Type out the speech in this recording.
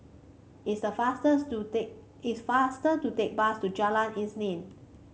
it's the fasters to take it's faster to tack bus to Jalan Isnin